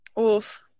oof